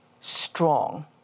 strong